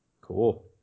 Cool